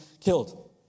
killed